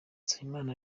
nsabimana